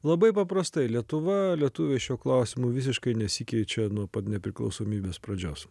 labai paprastai lietuva lietuviai šiuo klausimu visiškai nesikeičia nuo pat nepriklausomybės pradžios